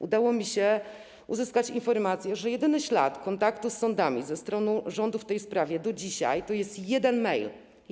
Udało mi się uzyskać informację, że jedyny ślad kontaktu z sądami ze strony rządu w tej sprawie do dzisiaj to jest jeden mail.